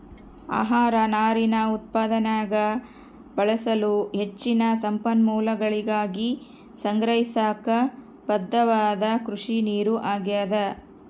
ಆಹಾರ ನಾರಿನ ಉತ್ಪಾದನ್ಯಾಗ ಬಳಸಲು ಹೆಚ್ಚಿನ ಸಂಪನ್ಮೂಲಗಳಿಗಾಗಿ ಸಂಗ್ರಹಿಸಾಕ ಬದ್ಧವಾದ ಕೃಷಿನೀರು ಆಗ್ಯಾದ